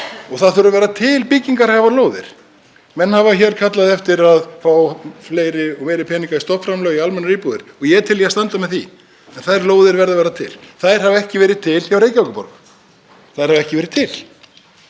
Það þurfa að vera til byggingarhæfar lóðir. Menn hafa kallað eftir að fá meiri pening í stofnframlög í almennar íbúðir og ég er til í að standa með því, en þær lóðir verða að vera til. Þær hafa ekki verið til hjá Reykjavíkurborg. Þær hafa ekki verið til